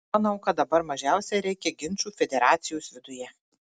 manau kad dabar mažiausiai reikia ginčų federacijos viduje